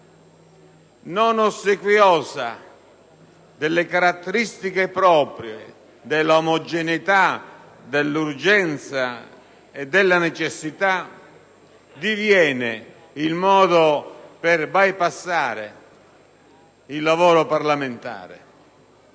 non ossequiosa delle caratteristiche proprie dell'omogeneità, dell'urgenza e della necessità diviene il modo per bypassare il lavoro parlamentare.